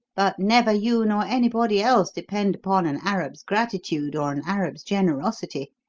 but never you nor anybody else depend upon an arab's gratitude or an arab's generosity.